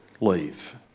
leave